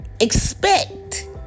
expect